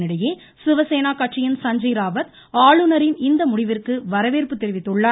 இதனிடையே சிவசேனா கட்சியின் சஞ்சய் ராவத் ஆளுநரின் இந்த முடிவிந்கு வரவேற்பு தெரிவித்துள்ளார்